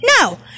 No